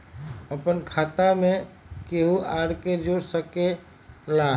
अपन खाता मे केहु आर के जोड़ सके ला?